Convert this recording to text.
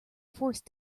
forced